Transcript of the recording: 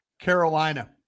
Carolina